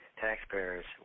taxpayers